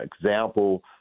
example